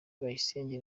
bayisenge